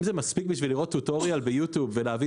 אם זה מספיק בשביל לראות טוטוריאל ביוטיוב ולהבין